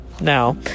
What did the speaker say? Now